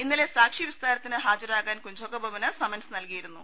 ഇന്നലെ സാക്ഷി വിസ്താരത്തിന് ഹാജ രാകാൻ കുഞ്ചാക്കോ ബോബന് സ്മൻസ് നൽകിയിരുന്നു